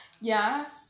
Yes